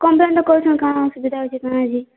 complain ତ କରୁଛନ୍ତି କାଣା ଅସୁବିଧା ହେଉଛି କାଣା ବୋଲି